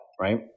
Right